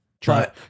Try